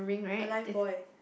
a life buoy